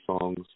songs